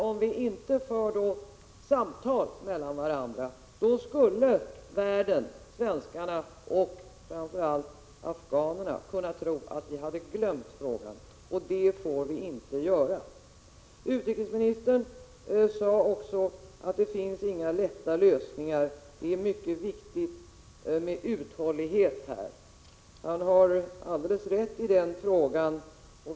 Om vi inte för samtal med varandra skulle världen, svenskarna och framför allt afghanerna kunna tro att vi hade glömt frågan. Det får vi inte göra. Utrikesministern sade också att det inte finns några lätta lösningar och att det är mycket viktigt med uthållighet. Han har alldeles rätt i detta.